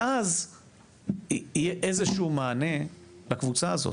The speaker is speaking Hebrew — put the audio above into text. ואז יהיה איזשהו מענה לקבוצה הזאת.